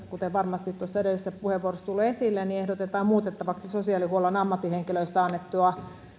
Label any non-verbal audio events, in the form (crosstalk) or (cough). (unintelligible) kuten varmasti edellisissä puheenvuoroissa on tullut esille ehdotetaan muutettavaksi sosiaalihuollon ammattihenkilöistä annettua